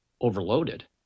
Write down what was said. overloaded